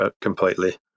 completely